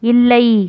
இல்லை